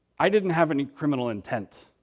i didn't have any criminal intent.